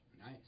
Nice